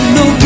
no